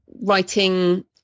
writing